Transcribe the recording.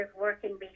working